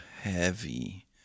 heavy